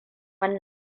cikin